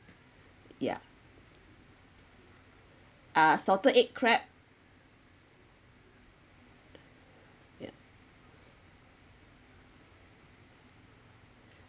yeah uh salted egg crab yup